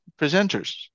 presenters